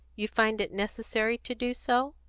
you find it necessary to do so?